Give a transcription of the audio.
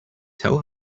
tell